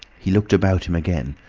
he looked about him again,